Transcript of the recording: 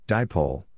Dipole